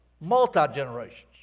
multi-generations